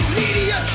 media